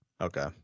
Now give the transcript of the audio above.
okay